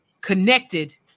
connected